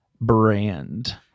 brand